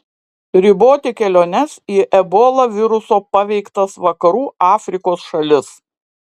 riboti keliones į ebola viruso paveiktas vakarų afrikos šalis